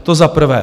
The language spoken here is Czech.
To za prvé.